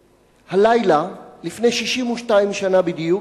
הלילה, לפני 62 שנה בדיוק,